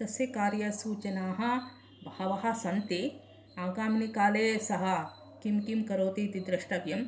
तस्य कार्यसूचनाः बहवः सन्ति आगामिनिकाले सः किं किं करोति इति द्रष्टव्यम्